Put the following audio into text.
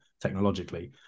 technologically